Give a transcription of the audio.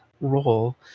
role